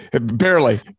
barely